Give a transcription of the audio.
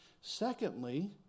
Secondly